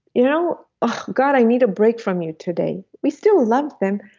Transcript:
you know god i need a break from you today. we still love them,